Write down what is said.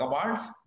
commands